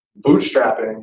bootstrapping